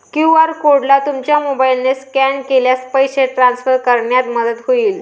QR कोडला तुमच्या मोबाईलने स्कॅन केल्यास पैसे ट्रान्सफर करण्यात मदत होईल